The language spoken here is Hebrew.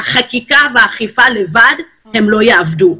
החקיקה והאכיפה לבד לא יעבדו.